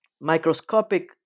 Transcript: microscopic